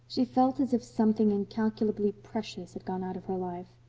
she felt as if something incalculably precious had gone out of her life.